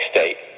State